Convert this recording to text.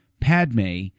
Padme